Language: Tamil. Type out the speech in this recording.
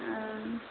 ஆ